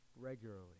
regularly